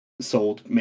sold